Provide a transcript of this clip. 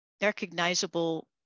recognizable